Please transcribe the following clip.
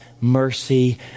mercy